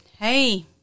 hey